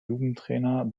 jugendtrainer